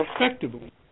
effectively